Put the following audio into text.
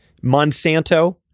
Monsanto